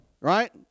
right